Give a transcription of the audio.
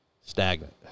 stagnant